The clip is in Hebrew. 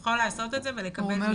יכול לעשות את זה ולקבל מכם את הפטור?